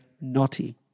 Naughty